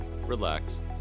relax